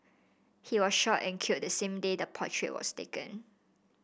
he was shot and killed the same day the portrait was taken